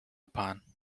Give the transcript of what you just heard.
upon